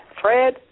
fred